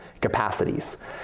capacities